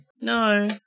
No